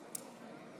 37, נגד, 53, אין נמנעים.